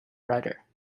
writer